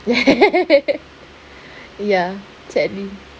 ya sadly